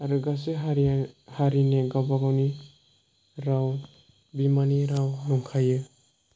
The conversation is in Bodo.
आरो गासै हारिया हारिनि गावबा गावनि राव बिमानि राव दंखायो